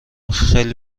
خیلی